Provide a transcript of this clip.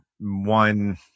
one